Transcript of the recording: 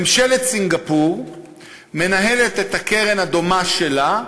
ממשלת סינגפור מנהלת את הקרן הדומה שלה,